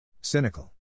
Cynical